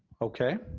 okay.